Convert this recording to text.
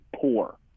poor